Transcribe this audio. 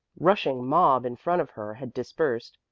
rushing mob in front of her had dispersed,